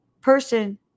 person